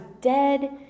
dead